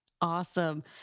Awesome